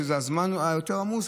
שזה הזמן היותר-עמוס,